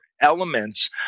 elements